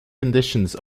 conditions